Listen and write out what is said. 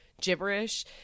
gibberish